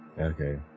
Okay